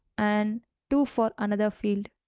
and to for another field.